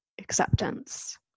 acceptance